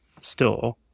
store